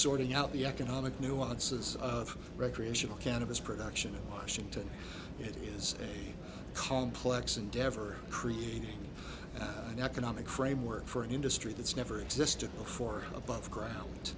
sorting out the economic nuances of recreational cannabis production and washington it is a complex endeavor creating an economic framework for an industry that's never existed before above ground